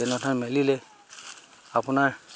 তেনেধৰণে মেলিলে আপোনাৰ